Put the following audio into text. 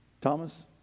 Thomas